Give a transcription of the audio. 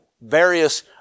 various